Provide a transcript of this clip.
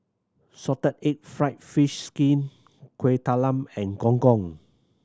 salted egg fried fish skin Kuih Talam and Gong Gong